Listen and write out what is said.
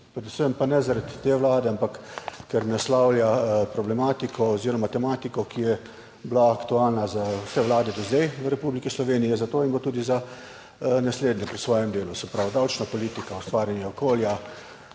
Predvsem pa ne zaradi te Vlade, ampak ker naslavlja problematiko oziroma tematiko, ki je bila aktualna za vse vlade do zdaj v Republiki Sloveniji, je za to in bo tudi za naslednje pri svojem delu, se pravi davčna politika, ustvarjanje okolja,